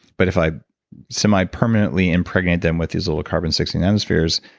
but if i semi-permanently impregnate them with these little carbon sixty nanospheres,